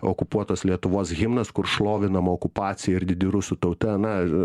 okupuotos lietuvos himnas kur šlovinama okupacija ir didi rusų tauta na